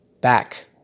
back